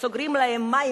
שסוגרים להם את המים,